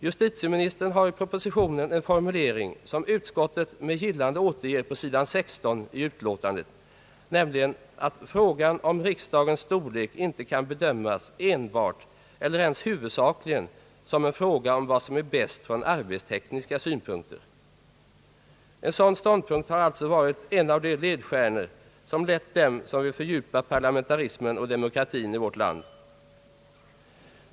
Justitieministern har i propositionen en formulering som utskottet med gillande återger på s. 16 i betänkandet, nämligen att »frågan om riksdagens storlek inte kan bedömas enbart eller ens huvudsakligen som en fråga om vad som är bäst ur arbetstekniska synpunkter». En sådan ståndpunkt har alltså varit en av de ledstjärnor, som lett dem som vill fördjupa parlamentarismen och demokratin i vårt land.